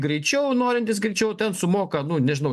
greičiau norintys greičiau ten sumoka nu nežinau